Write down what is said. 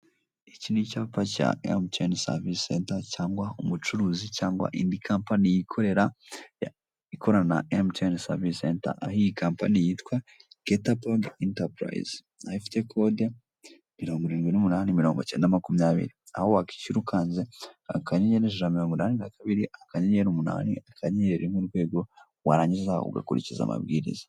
Iki ni icyapa cya mtn savisi sete cyangwa umucuruzi cyangwa indi company yi ikorera ikorana na mtn sevisi seta, aho iyi kampanyi yitwa kete boden itapurise aho ifite code mirongo irindwi'umunani mirongo cyeyenda makumyabiri aho wakwishyukanze akanyeri ijana mirongo inani na kabiri akannyeri umunani akanyeri rimwe urwego warangiza ugakurikiza amabwiriza.